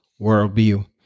worldview